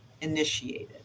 initiated